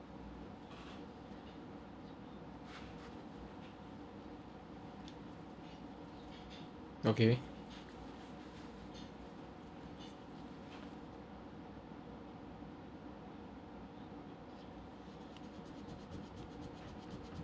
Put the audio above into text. okay